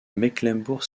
mecklembourg